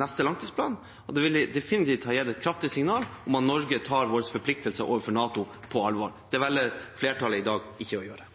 neste langtidsplan, og det ville definitivt ha gitt et kraftig signal om at Norge tar sine forpliktelser overfor NATO på alvor. Det velger flertallet i dag ikke å gjøre.